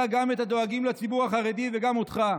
גם את הדואגים לציבור החרדי וגם אותך,